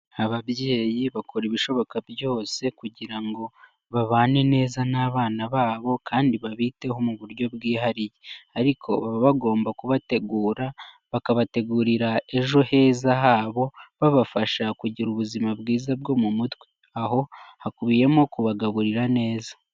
Ababyeyi bakora ibishoboka byose kugira ngo babane neza n'abana babo kandi babiteho mu buryo bwihariye ariko baba bagomba kubategura bakabategurira ejo heza habo babafasha kugira ubuzima bwiza bwo mu mutwe aho hakubiyemo kubagaburira neza.